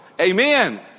Amen